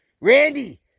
Randy